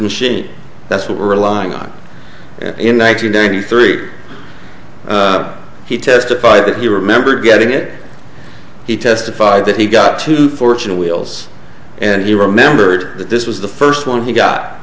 machine that's what we're relying on in one thousand nine hundred three he testified that he remembered getting it he testified that he got two fortunate wheels and he remembered that this was the first one he got